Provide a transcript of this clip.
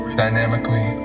dynamically